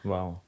Wow